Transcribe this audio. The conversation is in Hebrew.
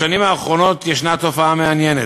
בשנים האחרונות יש תופעה מעניינת,